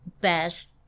best